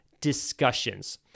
discussions